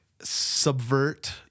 subvert